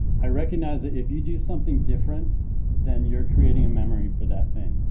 i recognize it if you do something different then you're creating a memory for that thing,